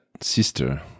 sister